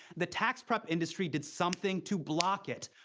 the tax prep industry did something to block it.